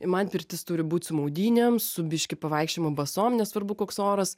man pirtis turi būt su maudynėm su biškį pavaikščiojimo basom nesvarbu koks oras